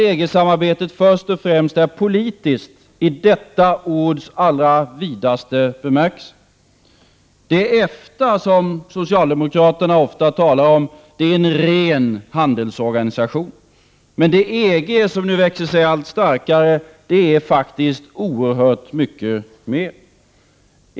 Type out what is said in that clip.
EG-samarbetet är först och främst politiskt i detta ords allra vidaste bemärkelse. Det EFTA som socialdemokraterna ofta talar om är en ren handelsorganisation, men det EG som nu växer sig allt starkare är faktiskt oerhört mycket mer.